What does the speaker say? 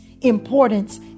importance